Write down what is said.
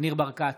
ניר ברקת,